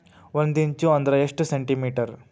ಒಂದಿಂಚು ಅಂದ್ರ ಎಷ್ಟು ಸೆಂಟಿಮೇಟರ್?